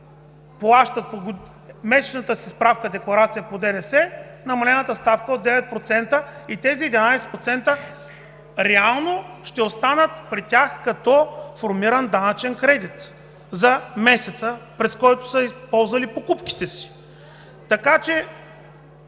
плащат месечната си справка-декларация по ДДС намалената ставка от 9% и тези 11% реално ще останат при тях като формиран данъчен кредит за месеца, през който са ползвали покупките си.